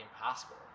impossible